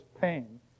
pain